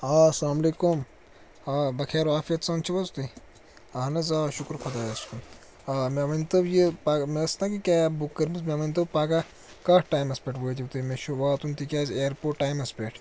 آ اَلسلام وعلیکُم آ بخیر و عافیت سان چھُو حظ تُہۍ اہن حظ آ شکر خۄدایَس کُن آ مےٚ ؤنۍ تو یہِ پگاہ مےٚ ٲس نا یہِ کیب بُک کٔرمٕژ مےٚ ؤنۍ تو پگاہ کَتھ ٹایمَس پٮ۪ٹھ وٲتِو تُہۍ مےٚ چھُ واتُن تِکیٛازِ اِیَرپورٹ ٹایمَس پٮ۪ٹھ